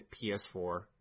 PS4